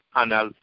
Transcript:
anal